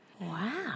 Wow